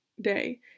day